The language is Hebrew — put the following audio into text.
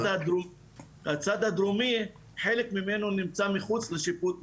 הצד הדרומי חלק ממנו נמצא מחוץ לשיפוט,